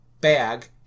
bag